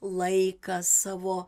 laiką savo